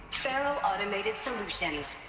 faro automated solutions.